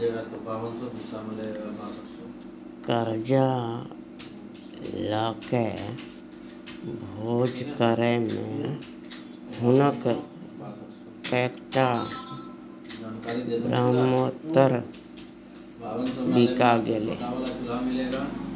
करजा लकए भोज करय मे हुनक कैकटा ब्रहमोत्तर बिका गेलै